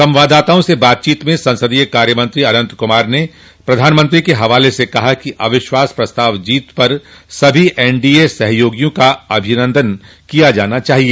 संवाददाताओं से बातचीत में संसदीय कार्यमंत्री अनंत कुमार ने प्रधानमंत्री के हवाले से कहा कि अविश्वास प्रस्ताव जीत पर सभी एनडीए सहयोगियों का अभिनदन किया जाना चाहिए